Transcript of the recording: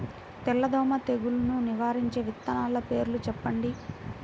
తెల్లదోమ తెగులును నివారించే విత్తనాల పేర్లు చెప్పండి?